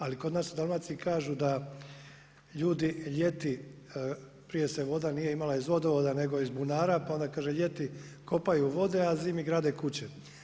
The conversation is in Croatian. Ali kod nas u Dalmaciji kažu da ljudi ljeti, prije se voda nije imala iz vodovoda nego iz bunara, pa onda kaže ljeti kopaju vode, a zimi grade kuće.